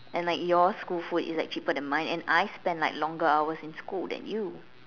and like your school food is like cheaper than mine and I spend like longer hours in school than you